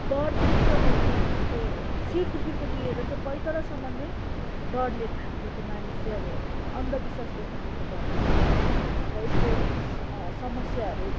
डर चाहिँ यति डरलाग्दो मानिसको शिरदेखिको लिएर चाहिँ पैतालासम्म नै डरले ढाकेको मानिस चाहिँ अब अन्धविश्वासको कारणले गर्दा नै हो र यसको समस्याहरू